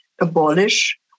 abolish